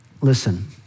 listen